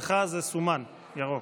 חבר הכנסת אלהואשלה, אצלך זה סומן, ירוק.